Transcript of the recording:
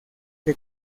que